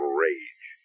rage